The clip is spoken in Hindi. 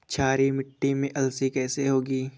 क्षारीय मिट्टी में अलसी कैसे होगी?